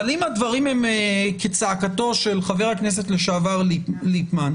אבל אם הדברים הם כצעקתו של חבר הכנסת לשעבר ליפמן,